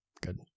Good